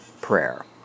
Prayer